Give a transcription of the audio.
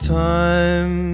time